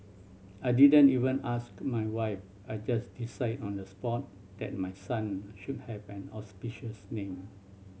I didn't even ask my wife I just decided on the spot that my son should have an auspicious name